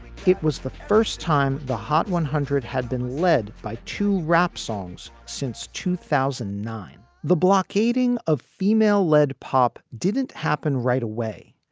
it was the first time the hot one hundred had been led by two rap songs since two thousand and nine, the blockading of female led pop didn't happen right away.